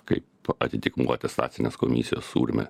kaip atitikmuo atestacinės komisijos sūrime